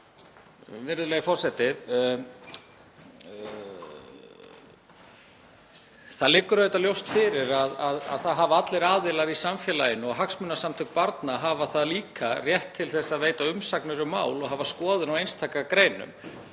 Virðulegi forseti. Það liggur ljóst fyrir að það hafa allir aðilar í samfélaginu, og hagsmunasamtök barna hafa það líka, rétt til að veita umsagnir um mál og hafa skoðun á einstaka greinum.